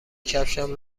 کفشم